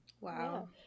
wow